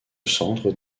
centre